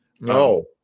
No